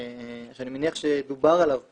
ואני מניח שודבר עליו פה,